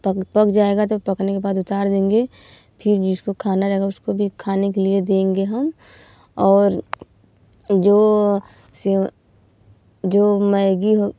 पग पक जाएगा तो पकाने के बाद उतार देंगे फिर जिसको खाना रहेगा उसको भी खाने के लिए देंगे हम और जो स जो मैगी हो